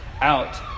out